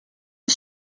for